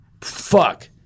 fuck